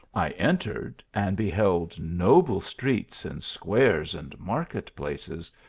i entered and beheld noble streets and squares and market places,